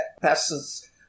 passes